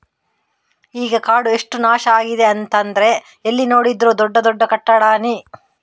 ಈಗ ಕಾಡು ಎಷ್ಟು ನಾಶ ಆಗಿದೆ ಅಂತಂದ್ರೆ ಎಲ್ಲಿ ನೋಡಿದ್ರೂ ದೊಡ್ಡ ದೊಡ್ಡ ಕಟ್ಟಡಾನೇ